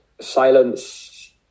silence